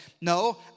No